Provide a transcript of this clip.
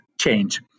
change